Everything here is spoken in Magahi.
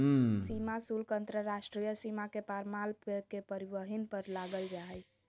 सीमा शुल्क अंतर्राष्ट्रीय सीमा के पार माल के परिवहन पर लगाल जा हइ